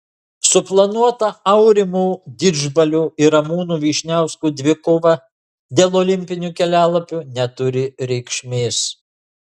suplanuota aurimo didžbalio ir ramūno vyšniausko dvikova dėl olimpinio kelialapio neturi reikšmės